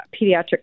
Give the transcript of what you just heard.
pediatric